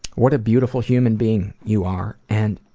what a beautiful human being you are. and,